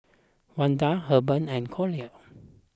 Wendel Herbert and Collier